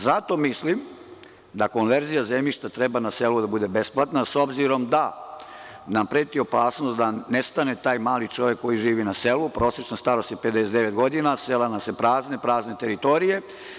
Zato mislim da konverzija zemljišta treba na selu da bude besplatna, s obzirom da nam preti opasnost da nestane taj mali čovek koji živi na selu, prosečne starosti 59 godina, sela nam se prazne, prazne teritorije.